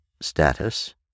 status